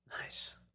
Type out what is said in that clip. Nice